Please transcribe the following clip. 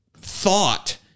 thought